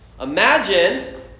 Imagine